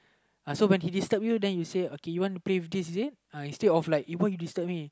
uh so when he disturb you then you say okay you want to play with is it instead of like uh why you disturb me